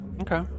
Okay